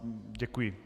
Děkuji.